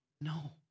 No